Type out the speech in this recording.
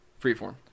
Freeform